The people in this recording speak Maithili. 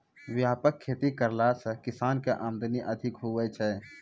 व्यापक खेती करला से किसान के आमदनी अधिक हुवै छै